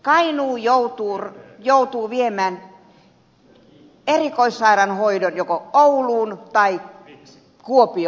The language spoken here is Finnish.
kainuu joutuu viemään erikoissairaanhoidon joko ouluun tai kuopioon